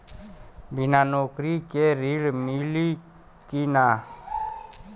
बिना नौकरी के ऋण मिली कि ना?